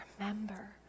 remember